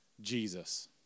Jesus